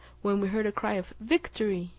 when we heard a cry of victory!